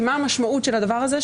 מה המשמעות של הדבר הזה?